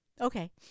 Okay